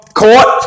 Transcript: court